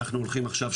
אנחנו הולכים עכשיו,